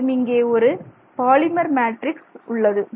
மேலும் இங்கே ஒரு பாலிமர் மேட்ரிக்ஸ் உள்ளது